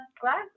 glass